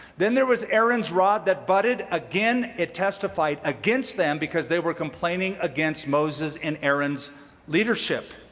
then there was aaron's rod that budded. again, it testified against them because they were complaining against moses' and aaron's leadership.